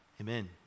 Amen